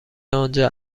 آنجا